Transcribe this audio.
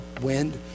wind